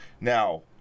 Now